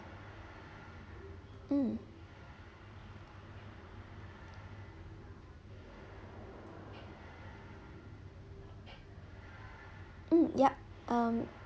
mm mm yup um